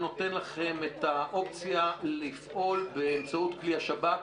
שנותן לכם את האופציה לפעול באמצעות כלי השב"כ